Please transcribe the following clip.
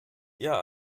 ihr